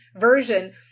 version